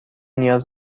نیاز